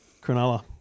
Cronulla